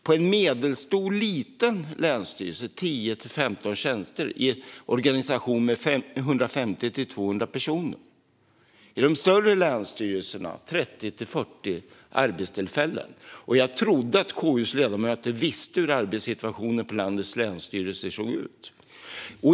På en medelstor eller liten länsstyrelse handlar det om 10-15 tjänster i en organisation på 150-200 personer. På de större länsstyrelserna är det 30-40 arbetstillfällen. Jag trodde att KU:s ledamöter visste hur arbetssituationen på landets länsstyrelser såg ut.